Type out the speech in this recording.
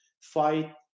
fight